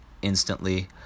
instantly